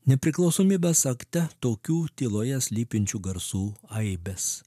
nepriklausomybės akte tokių tyloje slypinčių garsų aibės